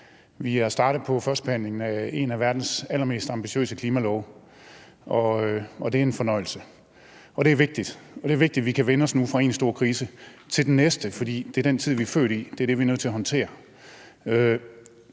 vi er startet på førstebehandlingen af en af verdens allermest ambitiøse klimalove, og det er en fornøjelse. Og det er vigtigt, at vi nu kan vende os fra én stor krise til den næste, fordi det er den tid, vi er født i; det er det, vi er nødt til at håndtere.